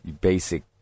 basic